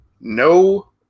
no –